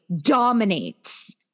dominates